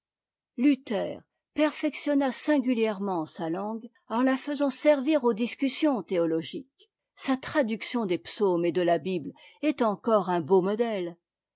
luther perfectionna singulièrement sa langue en la faisant servir aux discussions théoiogiques sa traduction des psaumes et de la bible est encore un beau modèle